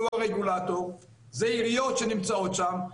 שהוא הרגולטור אלא זה עיריות שנמצאות שם,